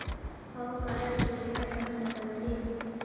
हव कारड ले पइसा कहा निकलथे?